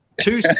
Two